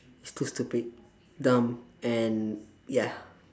it's too stupid dumb and ya